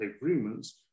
agreements